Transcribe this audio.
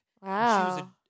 Wow